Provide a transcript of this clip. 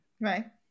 Right